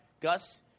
Gus